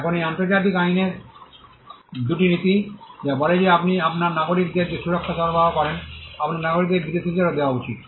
এখন এই আন্তর্জাতিক আইনের দুটি নীতি যা বলে যে আপনি আপনার নাগরিকদের যে সুরক্ষা সরবরাহ করেন আপনার নাগরিকদের বিদেশীদেরও দেওয়া উচিত